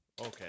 Okay